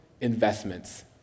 investments